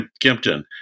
Kimpton